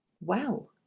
Wow